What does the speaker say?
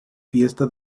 fiesta